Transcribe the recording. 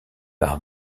par